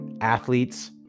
athletes